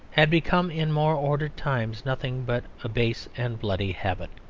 had become in more ordered times nothing but a base and bloody habit.